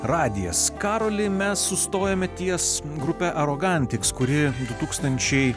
radijas karoli mes sustojome ties grupe arogantiks kuri du tūkstančiai